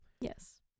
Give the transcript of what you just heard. Yes